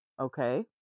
Okay